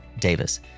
Davis